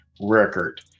record